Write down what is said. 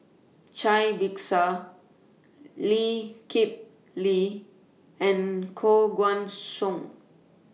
Cai Bixia Lee Kip Lee and Koh Guan Song